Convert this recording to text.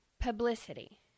Publicity